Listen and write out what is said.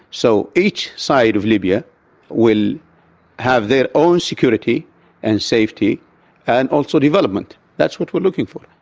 so each side of libya will have their own security and safety and also development. that's what we're looking for.